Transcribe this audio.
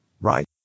right